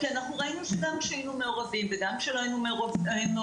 כי ראינו שגם כשהיינו מעורבים וגם כשלא היינו מעורבים,